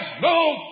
no